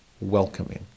welcoming